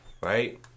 right